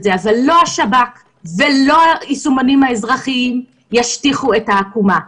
אבל לא השב"כ ולא היישומונים האזרחיים ישטיחו את העקומה.